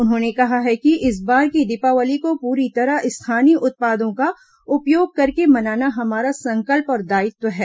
उन्होंने कहा है कि इस बार की दीपावली को पूरी तरह स्थानीय उत्पादों का उपयोग करके मनाना हमारा संकल्प और दायित्व है